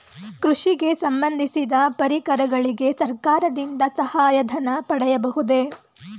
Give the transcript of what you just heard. ಕೃಷಿಗೆ ಸಂಬಂದಿಸಿದ ಪರಿಕರಗಳಿಗೆ ಸರ್ಕಾರದಿಂದ ಸಹಾಯ ಧನ ಪಡೆಯಬಹುದೇ?